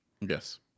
Yes